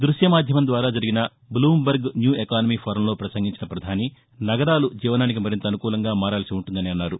ద్బశ్య మాధ్యమంద్వారా జరిగిన Bloomberg new economy ఫోరంలో ప్రసంగించిన ప్రధాని నగరాలు జీవనానికి మరింత అనుకూలంగా మారాల్సి ఉంటుందని అన్నారు